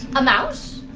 a mouse?